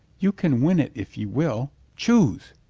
you can win it if you will. choose!